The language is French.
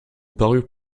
parurent